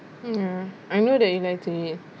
ya I know that you like to eat